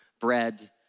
bread